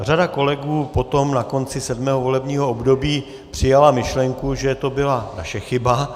Řada kolegů potom na konci sedmého volebního období přijala myšlenku, že to byla naše chyba.